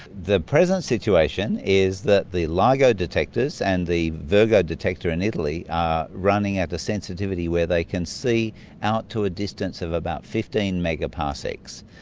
the present situation is that the ligo detectors and the virgo detector in italy are running at a sensitivity where they can see out to a distance of about fifteen megaparsecs.